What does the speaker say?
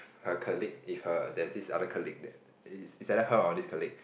her colleague if her there's this other colleague that it's either her or this colleague